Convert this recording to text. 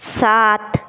सात